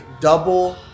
double